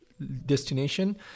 destination